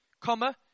comma